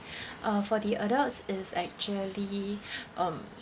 uh for the adults it's actually um